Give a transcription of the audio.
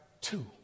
two